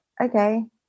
okay